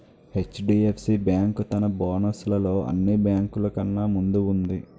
HDFC bank తన bonus లలో అన్ని బేంకులు కన్నా ముందు వుంది